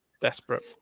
Desperate